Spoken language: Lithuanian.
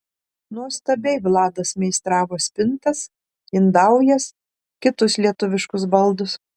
nuostabiai vladas meistravo spintas indaujas kitus lietuviškus baldus